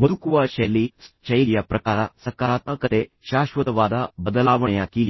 ಬದುಕುವ Shelley's Shelleys ಶೈಲಿಯ ಪ್ರಕಾರ ಸಕಾರಾತ್ಮಕತೆ ಶಾಶ್ವತವಾದ ಬದಲಾವಣೆಯ ಕೀಲಿಯಾಗಿದೆ